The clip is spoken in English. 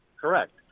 correct